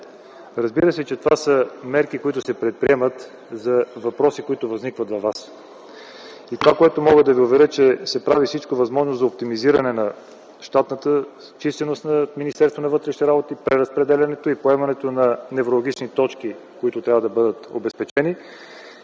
Разбира се, това са мерки, които се предприемат по въпроси, които възникват у Вас. Мога да Ви уверя, че се прави всичко възможно за оптимизиране на щатната численост на Министерството на вътрешните работи, преразпределянето и поемането на невралгични точки, които трябва да бъдат обезпечени.